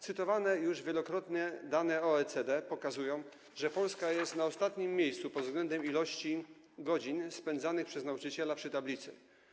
Cytowane już wielokrotnie dane OECD pokazują, że Polska jest na ostatnim miejscu pod względem ilości godzin spędzonych przez nauczyciela przy tablicy.